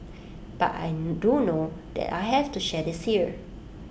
but I do know that I have to share this here